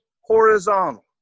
horizontal